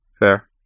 Fair